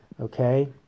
Okay